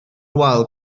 wal